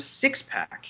six-pack